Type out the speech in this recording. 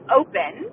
open